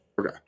Okay